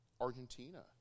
Argentina